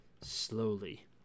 slowly